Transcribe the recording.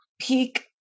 peak